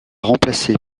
remplacé